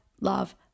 Love